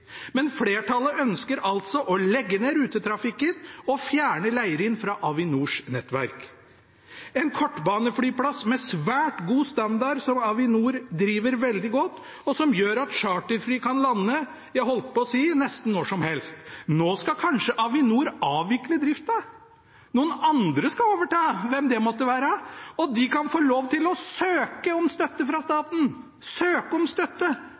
men flertallet ønsker altså å legge ned rutetrafikken og fjerne Leirin fra Avinors nettverk. Dette er en kortbaneflyplass med svært god standard, som Avinor driver veldig godt, og som gjør at charterfly kan lande nesten når som helst. Nå skal kanskje Avinor avvikle drifta. Noen andre skal overta – hvem det enn måtte være – og de kan få lov til å søke om støtte fra staten. Søke om støtte!